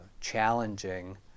challenging